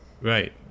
Right